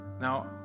Now